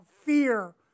fear